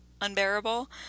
unbearable